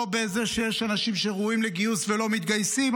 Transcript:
לא בזה שיש אנשים שראויים לגיוס ולא מתגייסים,